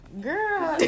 Girl